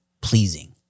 pleasing